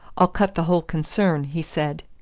i'll cut the whole concern, he said.